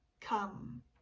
come